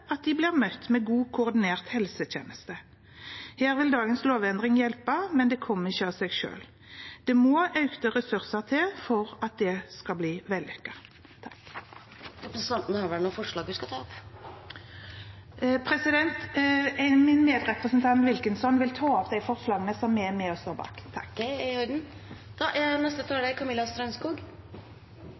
at de blir møtt med en godt koordinert helsetjeneste. Her vil dagens lovendring hjelpe, men det kommer ikke av seg selv. Det må økte ressurser til for at det skal bli vellykket. Alle pasienter skal motta en helhetlig og sammenhengende helse- og omsorgstjeneste av god kvalitet, uavhengig av hvor i landet de bor, og uavhengig av om det er